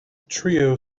trio